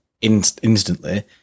instantly